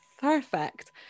perfect